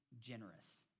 generous